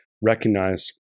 recognize